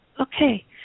Okay